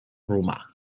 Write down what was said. romà